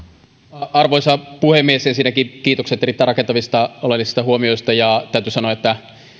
arvoisa puhemies ensinnäkin kiitokset erittäin rakentavista oleellisista huomioista ja täytyy sanoa että